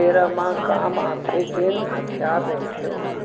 बेरा म काम आथे जेन हथियार रहिथे ओहा